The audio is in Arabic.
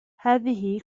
هذه